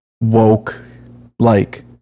woke-like